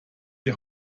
die